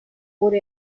wurde